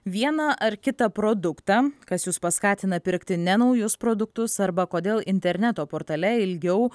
vieną ar kitą produktą kas jus paskatina pirkti ne naujus produktus arba kodėl interneto portale ilgiau